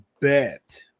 bet